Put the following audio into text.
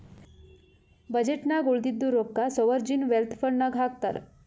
budget ನಾಗ್ ಉಳದಿದ್ದು ರೊಕ್ಕಾ ಸೋವರ್ಜೀನ್ ವೆಲ್ತ್ ಫಂಡ್ ನಾಗ್ ಹಾಕ್ತಾರ್